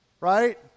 right